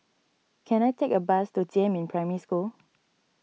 can I take a bus to Jiemin Primary School